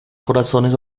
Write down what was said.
corazones